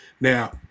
Now